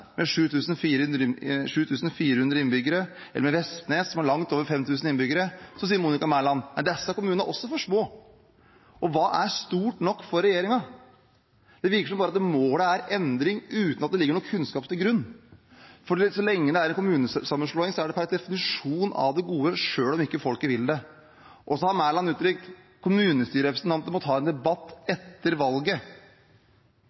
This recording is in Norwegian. med 7 400 innbyggere, eller i Vestnes, som har langt over 5 000 innbyggere, sier hun at disse kommunene også er for små. Hva er stort nok for regjeringen? Det virker som om målet er endring uten at det ligger noe kunnskap til grunn. For så lenge det er en kommunesammenslåing, er det per definisjon av det gode, selv om ikke folk vil det. Så har Mæland uttrykt at kommunestyrerepresentanter må ta en debatt